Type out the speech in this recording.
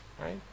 Right